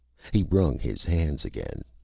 he wrung his hands again.